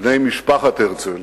בני משפחת הרצל,